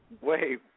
Wait